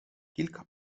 kilka